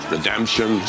Redemption